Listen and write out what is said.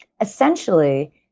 Essentially